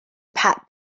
pat